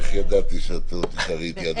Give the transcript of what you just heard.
איך ידעתי שאת לא תישארי איתי עד הסוף.